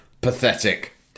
Pathetic